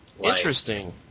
Interesting